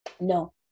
No